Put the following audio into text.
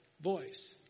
voice